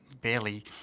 barely